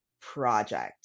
Project